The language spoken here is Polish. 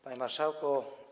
Panie Marszałku!